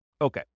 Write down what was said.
Okay